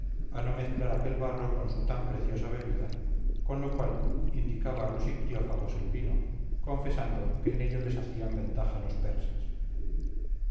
a no mezclar aquel barro con su tan preciosa bebida con lo cual indicaba a los ictiófagos el vino confesando que en ello les hacían ventaja los persas